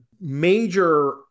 major